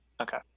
Okay